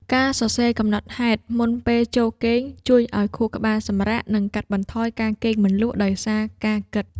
ការសរសេរកំណត់ហេតុមុនពេលចូលគេង ជួយឱ្យខួរក្បាលសម្រាក និងកាត់បន្ថយការគេងមិនលក់ដោយសារការគិត។